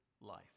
life